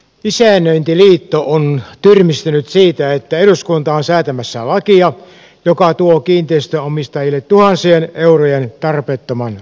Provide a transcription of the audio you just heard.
isännöintiliitto on tyrmistynyt siitä että eduskunta on säätämässä lakia joka tuo kiinteistönomistajille tuhansien eurojen tarpeettoman lisälaskun